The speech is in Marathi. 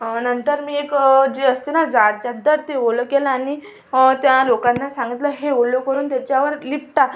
नंतर मी एक जे असते ना जाड चादर ते ओलं केलं आणि त्या लोकांना सांगितलं हे ओलं करून त्याच्यावर लपेटा